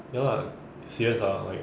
ya lah serious ah like